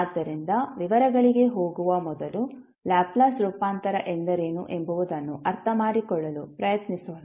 ಆದ್ದರಿಂದ ವಿವರಗಳಿಗೆ ಹೋಗುವ ಮೊದಲು ಮೊದಲು ಲ್ಯಾಪ್ಲೇಸ್ ರೂಪಾಂತರ ಎಂದರೇನು ಎಂಬುದನ್ನು ಅರ್ಥಮಾಡಿಕೊಳ್ಳಲು ಪ್ರಯತ್ನಿಸೋಣ